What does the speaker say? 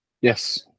yes